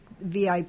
VIP